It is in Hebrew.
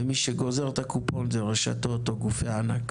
ומי שגוזר את הקופון הן רשתות או גופי ענק.